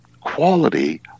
quality